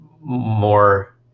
more